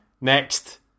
next